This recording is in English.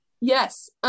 yes